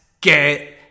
get